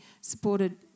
supported